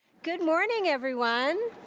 good morning, everyone.